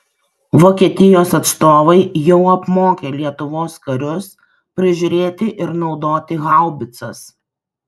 vokietijos atstovai jau apmokė lietuvos karius prižiūrėti ir naudoti haubicas